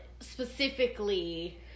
Specifically